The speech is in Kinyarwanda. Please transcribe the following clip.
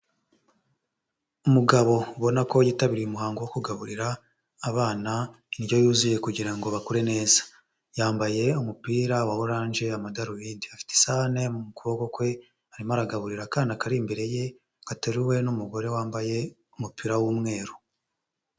Umugabo ubona ko yitabiriye umuhango wo kugaburira abana indyo yuzuye kugira ngo bakure neza, yambaye umupira wa oranje, amadarubindi, afite isahane mu kuboko kwe arimo aragaburira akana kari imbere ye gateruwe n'umugore wambaye umupira w'umweru.